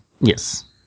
Yes